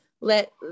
let